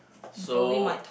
so